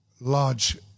large